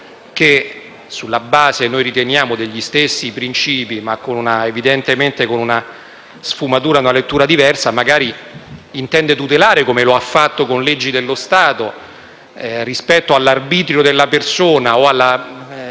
che, sulla base - noi riteniamo - degli stessi principi, ma con una sfumatura e lettura diversa, magari intendono tutelare - come è stato fatto - con leggi dello Stato, rispetto all'arbitrio della persona o alla